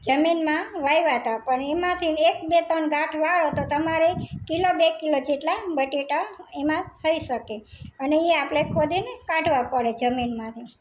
જમીનમાં વાવ્યાં પણ એમાંથી ને એક બે ત્રણ ગાંઠ વાવો તો તમારે કિલો બે કિલો જેટલાં બટાકા એમાં થઈ શકે અને એ આપણે ખોદી ને કાઢવાં પડે જમીનમાંથી